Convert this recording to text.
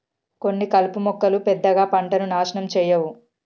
కొన్ని కలుపు మొక్కలు పెద్దగా పంటను నాశనం చేయవు